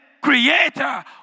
creator